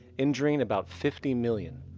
injuring about fifty million.